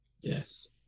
Yes